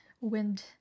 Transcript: wind